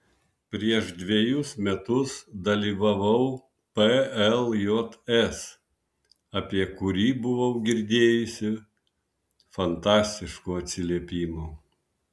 prieš dvejus metus dalyvavau pljs apie kurį buvau girdėjusi fantastiškų atsiliepimų